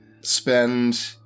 spend